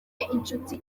inshuti